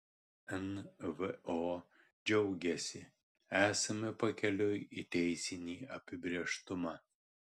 nvo džiaugiasi esame pakeliui į teisinį apibrėžtumą